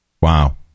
Wow